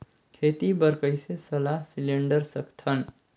खेती बर कइसे सलाह सिलेंडर सकथन?